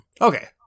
Okay